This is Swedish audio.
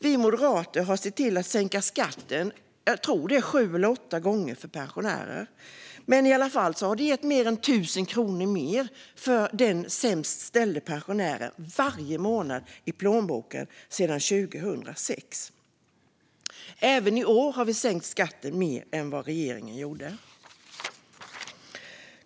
Vi moderater har sett till att sänka skatten för pensionärer - jag tror att det är sju eller åtta gånger vi har sänkt den. Det har gett mer än 1 000 kronor mer i plånboken varje månad sedan 2006 för de pensionärer som har det sämst ställt. Även i år har vi sänkt skatten mer än regeringen gjort.